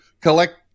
collect